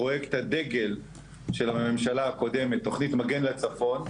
פרויקט הדגל של הממשלה הקודמת, תוכנית מגן לצפון,